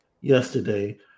yesterday